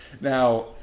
Now